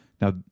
Now